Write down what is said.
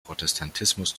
protestantismus